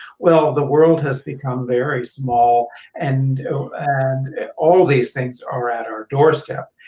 well, the world has become very small and and all of these things are at our doorstep.